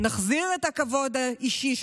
רמסה את הכבוד האישי,